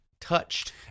touched